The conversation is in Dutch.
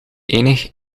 enig